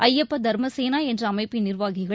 ஐயப்ப தர்மசேனா என்ற அமைப்பின் நிர்வாகிகள்